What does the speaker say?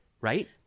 right